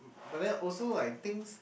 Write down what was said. but then also like things